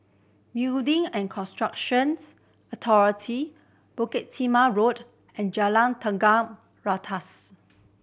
Building and Constructions Authority Bukit Timah Road and Jalan Tiga Ratus